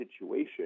situation